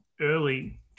early